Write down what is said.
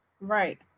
Right